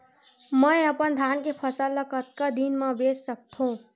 मैं अपन धान के फसल ल कतका दिन म बेच सकथो?